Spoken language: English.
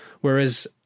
whereas